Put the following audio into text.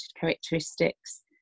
characteristics